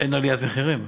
שאין עליית מחירים,